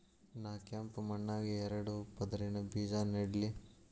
ನಾ ಕೆಂಪ್ ಮಣ್ಣಾಗ ಎರಡು ಪದರಿನ ಬೇಜಾ ನೆಡ್ಲಿ?